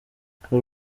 hari